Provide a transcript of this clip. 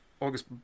August